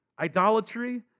idolatry